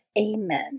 Amen